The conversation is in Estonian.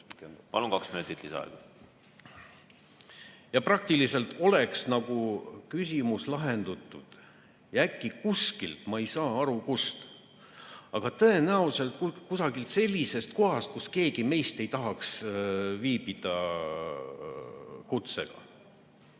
Palun, kaks minutit lisaaega. ... ja praktiliselt oleks nagu küsimus lahendatud. Ja äkki kuskilt, ma ei saa aru, kust, aga tõenäoliselt kusagilt sellisest kohast, kus keegi meist ei tahaks viibida kutsega,